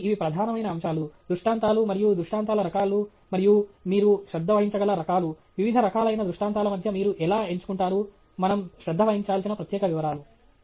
కాబట్టి ఇవి ప్రధానమైన అంశాలు దృష్టాంతాలు మరియు దృష్టాంతాల రకాలు మరియు మీరు శ్రద్ధ వహించగల రకాలు వివిధ రకాలైన దృష్టాంతాల మధ్య మీరు ఎలా ఎంచుకుంటారు మనము శ్రద్ధ వహించాల్సిన ప్రత్యేక వివరాలు